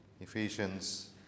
Ephesians